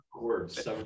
words